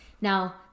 Now